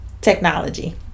technology